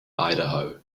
idaho